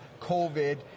COVID